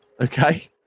okay